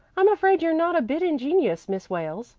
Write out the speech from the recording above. i'm afraid you're not a bit ingenious, miss wales,